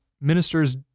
ministers